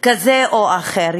כזה או אחר,